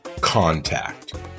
contact